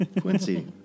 Quincy